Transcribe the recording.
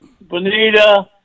bonita